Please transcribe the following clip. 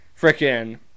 frickin